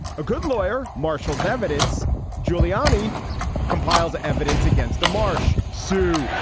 a good lawyer marshall's evidence giuliani compiles evidence against a marsh. sue